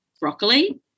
broccoli